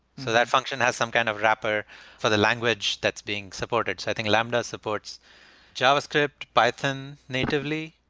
so that function has some kind of wrapper for the language that's being supported. i think lambda supports javascript, python natively,